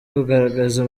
kugaragaza